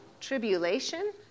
Tribulation